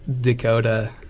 Dakota